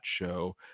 show